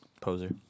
Poser